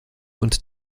und